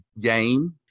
game